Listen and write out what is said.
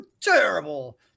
terrible